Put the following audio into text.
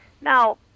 now